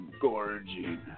gorging